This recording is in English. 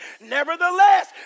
Nevertheless